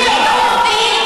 לעם הפלסטיני, תודה רבה.